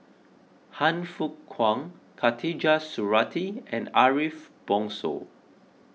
Han Fook Kwang Khatijah Surattee and Ariff Bongso